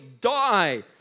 die